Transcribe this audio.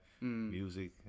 music